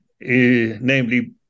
namely